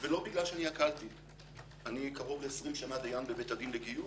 ולא בגלל שאני --- אני קרוב ל-20 שנה דיין בבית הדין לגיור,